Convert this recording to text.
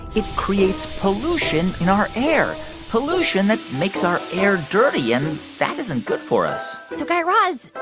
it creates pollution and our air pollution that makes our air dirty, and that isn't good for us so guy raz,